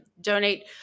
donate